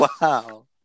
wow